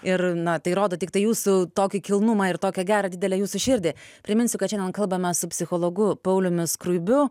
ir na tai rodo tiktai jūsų tokį kilnumą ir tokią gerą didelę jūsų širdį priminsiu kad šiandien kalbame su psichologu pauliumi skruibiu